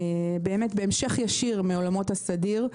בהמשך ישיר מעולמות הסדיר,